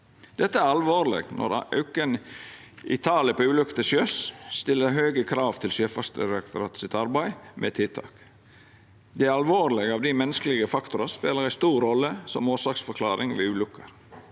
Dette er alvorleg når auken i talet på ulukker til sjøs stiller høge krav til Sjøfartsdirektoratet sitt arbeid med tiltak. Det er alvorleg av di menneskelege faktorar spelar ei stor rolle som årsaksforklaring ved ulukker.